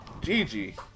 Gigi